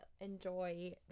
enjoy